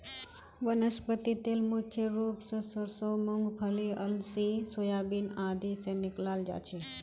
वनस्पति तेल मुख्य रूप स सरसों मूंगफली अलसी सोयाबीन आदि से निकालाल जा छे